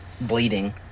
bleeding